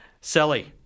Sally